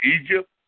Egypt